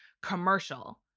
commercial